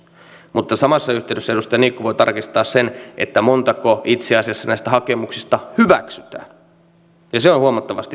mutta samassa yhteydessä edustaja niikko voi tarkistaa sen montako itse asiassa näistä hakemuksista hyväksytään ja se on huomattavasti pienempi määrä